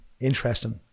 interesting